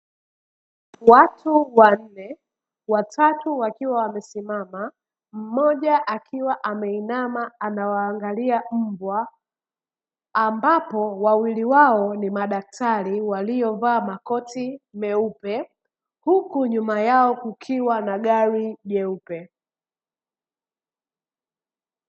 Watu wanne; watatu wakiwa wamesimama, mmoja akiwa ameinama anawaangalia mbwa, ambapo wawili wao ni madaktari waliovaa makoti meupe huku nyuma yao kukiwa na gari jeupe.